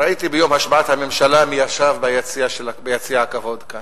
ראיתי ביום השבעת הממשלה מי ישב ביציע הכבוד כאן.